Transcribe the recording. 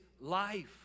life